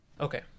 Okay